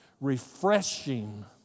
refreshing